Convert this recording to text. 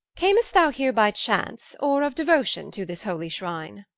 cam'st thou here by chance, or of deuotion, to this holy shrine?